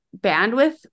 bandwidth